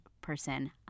person